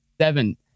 seven